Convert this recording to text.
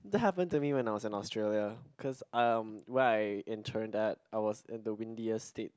that happened to me when I was in Australia cause um where I interned at I was in the windiest state